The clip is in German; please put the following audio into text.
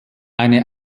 eine